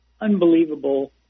unbelievable